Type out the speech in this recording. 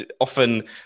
often